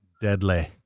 deadly